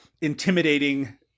intimidating